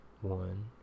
one